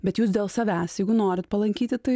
bet jūs dėl savęs jeigu norit palankyti tai